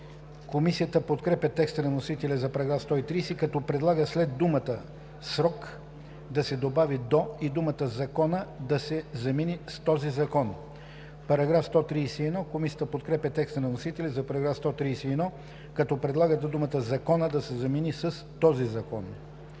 Комисията подкрепя текста на вносителя за § 130, като предлага след думата „срок“ да се добави „до“ и думата „закона“ да се замени с „този закон“. Комисията подкрепя текста на вносителя за § 131, като предлага думата „закона” да се замени с „този закон”.